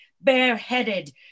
bareheaded